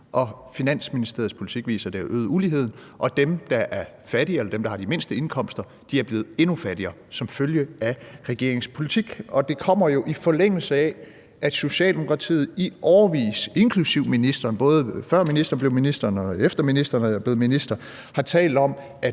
Og Finansministeriets statistik viser, at det har øget uligheden. Og dem, der har de mindste indkomster, er blevet endnu fattigere som følge af regeringens politik. Det kommer jo i forlængelse af, at Socialdemokratiet, inklusive ministeren, både før ministeren blev minister, og efter at ministeren er blevet minister, i årevis har talt om,